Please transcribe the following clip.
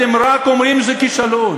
אתם רק אומרים: זה כישלון.